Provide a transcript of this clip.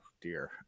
dear